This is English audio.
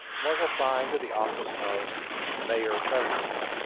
was assigned to the office of mayor president.